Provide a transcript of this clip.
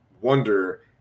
wonder